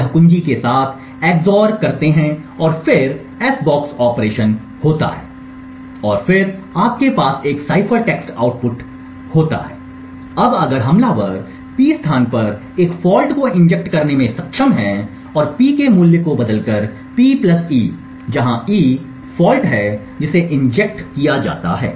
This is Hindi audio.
यह कुंजी के साथ XOR हो जाता है और फिर एस बॉक्स ऑपरेशन होता है और फिर आपके पास एक साइफर टेक्स्ट आउटपुट होता है अब अगर हमलावर P स्थान पर एक फॉल्ट को इंजेक्ट करने में सक्षम है और P के मूल्य को बदलकर P e जहां e फॉल्ट है जिसे इंजेक्ट किया जाता है